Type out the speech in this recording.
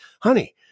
honey